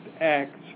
acts